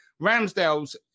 Ramsdale's